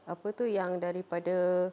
apa tu yang daripada